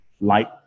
light